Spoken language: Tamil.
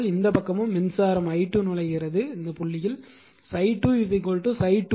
இதேபோல் இந்த பக்கமும் மின்சாரம் நுழைகிறது i2 dot இல் உள்ளது ∅2 ∅21 ∅22